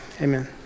amen